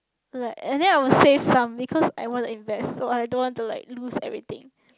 like and then I will save some because I want to invest so I don't want to like lose everything